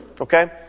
Okay